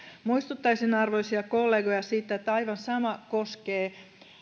muistuttaisin arvoisia kollegoja siitä että aivan sama koskee